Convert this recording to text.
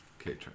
okay